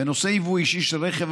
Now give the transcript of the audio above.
בנושא יבוא אישי של רכב,